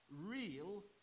real